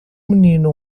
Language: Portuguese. menino